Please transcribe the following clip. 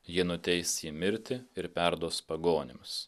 jie nuteis jį mirti ir perduos pagonims